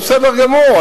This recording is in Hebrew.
זה בסדר גמור.